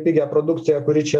pigią produkciją kuri čia